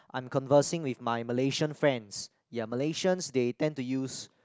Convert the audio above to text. I'm conversing with my Malaysian friends ya Malaysians they tend to use